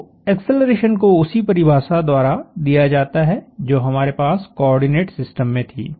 तो एक्सेलरेशन को उसी परिभाषा द्वारा दिया जाता है जो हमारे पास कोऑर्डिनेट सिस्टम में थी